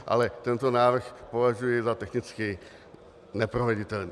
Ale tento návrh považuji za technicky neproveditelný.